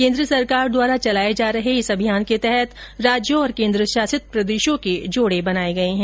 केन्द्र सरकार द्वारा चलाए जा रहे इस अभियान के तहत राज्यों और केन्द्र शासित प्रदेशों के जोडे बनाये गये है